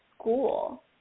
school